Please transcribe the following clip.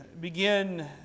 begin